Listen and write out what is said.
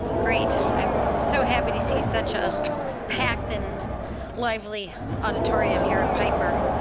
great. i'm so happy to see such a packed and lively auditorium here at piper.